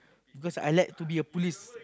because I like to be a police